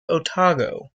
otago